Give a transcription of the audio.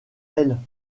elle